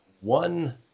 one